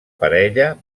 parella